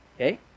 okay